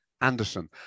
Anderson